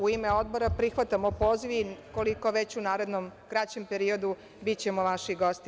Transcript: U ime Odbora prihvatamo poziv i koliko već u narednom kraćem periodu bićemo vaši gosti.